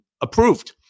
approved